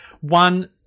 one